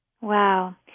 Wow